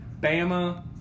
Bama